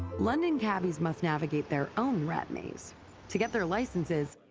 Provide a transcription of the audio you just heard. london cabbies must navigate their own rat maze to get their licenses,